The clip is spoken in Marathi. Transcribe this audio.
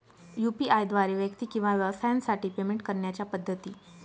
यू.पी.आय द्वारे व्यक्ती किंवा व्यवसायांसाठी पेमेंट करण्याच्या पद्धती